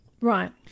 Right